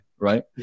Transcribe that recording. right